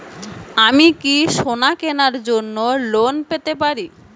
আমি কি সোনা কেনার জন্য লোন পেতে পারি?